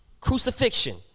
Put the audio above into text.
Crucifixion